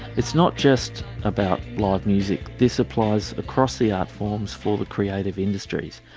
it's not just about live music, this applies across the art forms for the creative industries.